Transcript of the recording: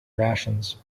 rations